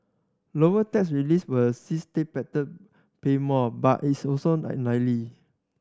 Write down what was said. lower tax reliefs will pay more but is also unlikely